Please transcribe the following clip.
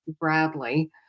bradley